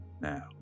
Now